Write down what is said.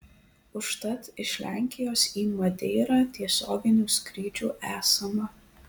užtat iš lenkijos į madeirą tiesioginių skrydžių esama